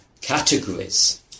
categories